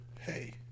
hey